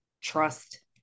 trust